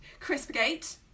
Crispgate